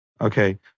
Okay